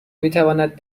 میتواند